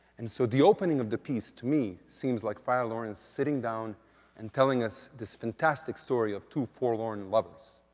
and so the opening of the piece, to me, seems like friar lawrence sitting down and telling us this fantastic story of two forlorn lovers.